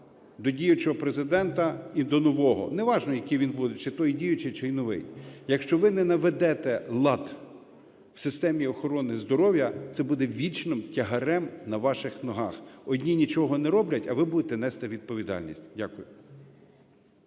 до діючого Президента і до нового, неважно, який він буде чи той діючий, чи новий. Якщо ви не наведете лад в системі охорони здоров'я, це буде вічним тягарем на ваших ногах. Одні нічого не роблять, а ви будете нести відповідальність. Дякую.